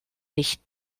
nicht